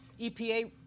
epa